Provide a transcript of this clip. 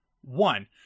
One